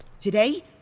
Today